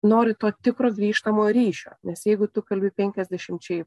nori to tikro grįžtamojo ryšio nes jeigu tu kalbi penkiasdešimčiai